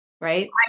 right